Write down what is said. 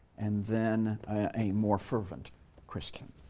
and then a more fervent christian.